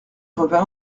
revint